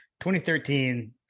2013